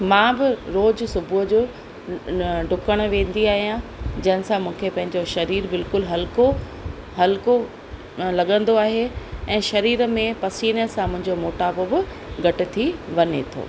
मां बि रोज़ु सुबुह जो डुकण वेंदी आहिंयां जंहिंसां मूंखे पंहिंजो सरीरु बिल्कुलु हल्को हल्को लॻंदो आहे ऐं सरीर में पसीने सां मुंहिंजो मोटापो बि घटि थी वञे थो